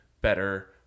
better